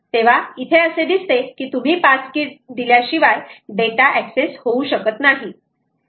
तेव्हा इथे असे दिसते की तुम्ही पास की दिल्याशिवाय डेटा ऍक्सेस होऊ शकत नाही